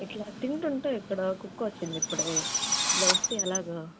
ఇలా తింటుంటే ఇక్కడ కుక్క వచ్చింది ఇప్పుడే ఇలా వస్తే ఎలాగా